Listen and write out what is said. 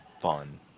fun